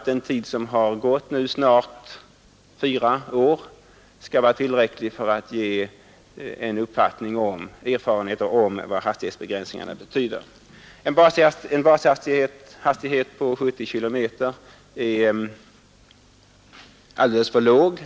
Den tid som har gått, i det närmaste fyra år, torde vara tillräcklig för att ge en uppfattning om vad hastighetsbegränsningarna betyder. En bashastighet på 70 km/tim är alldeles för låg.